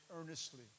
earnestly